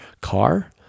car